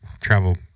travel